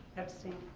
abstained.